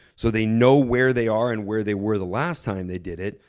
so they know where they are and where they were the last time they did it.